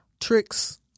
tricks